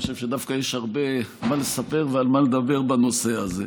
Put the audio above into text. אני חושב שיש הרבה מה לספר ועל מה לדבר בנושא הזה.